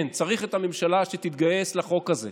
כן, צריך את הממשלה שתתגייס לחוק הזה.